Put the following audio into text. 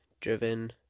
driven